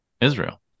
Israel